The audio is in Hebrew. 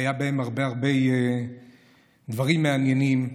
היו בהם הרבה הרבה דברים מעניינים,